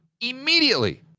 immediately